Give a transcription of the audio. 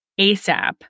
ASAP